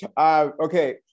Okay